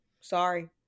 Sorry